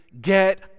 get